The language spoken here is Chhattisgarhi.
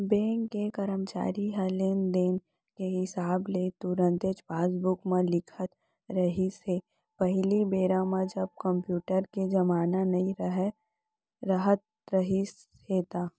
बेंक के करमचारी ह लेन देन के हिसाब ल तुरते पासबूक म लिखत रिहिस हे पहिली बेरा म जब कम्प्यूटर के जमाना नइ राहत रिहिस हे ता